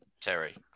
Terry